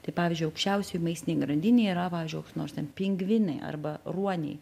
tai pavyzdžiui aukščiausioj maistinėj grandinėj yra pavyzdžiui koks nors ten pingvinai arba ruoniai